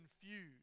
confused